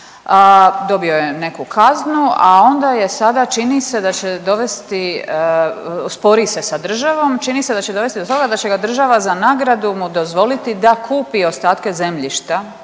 dobio je neku kaznu, a onda je sada, čini se da će dovesti, spori se sa državom, čini se da će dovesti do toga da će ga država za nagradu mu dozvoliti da kupi ostatke zemljišta,